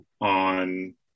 on